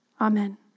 amen